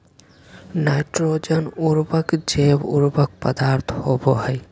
nitrogen उर्वरक जैव उर्वरक पदार्थ होबो हइ